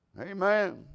Amen